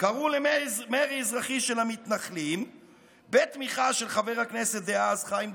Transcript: קראו למרי אזרחי של המתנחלים בתמיכה של חבר הכנסת דאז חיים דרוקמן.